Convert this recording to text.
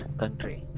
country